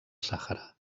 sàhara